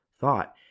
thought